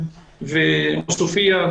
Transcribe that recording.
ועוספיה,